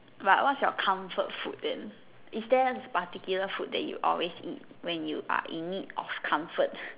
but what's your comfort food than is there this particular food that you always eat when you are in need of comfort